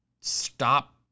stop